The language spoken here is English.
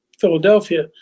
Philadelphia